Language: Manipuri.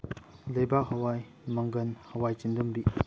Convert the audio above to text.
ꯂꯩꯕꯥꯛ ꯍꯋꯥꯏ ꯃꯪꯒꯟ ꯍꯋꯥꯏ ꯆꯤꯟꯗꯨꯝꯕꯤ